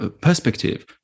perspective